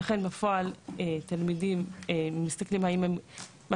לכן בפועל תלמידים מסתכלים האם הם מה